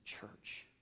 church